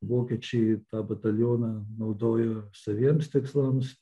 vokiečiai tą batalioną naudojo saviems tikslams